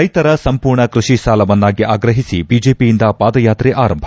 ರೈತರ ಸಂಪೂರ್ಣ ಕೃಷಿ ಸಾಲ ಮನ್ನಾಗೆ ಆಗಹಿಸಿ ಬಿಜೆಪಿಯಿಂದ ಪಾದಯಾತೆ ಆರಂಭ